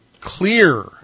clear